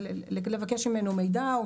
לבקש ממנו מידע.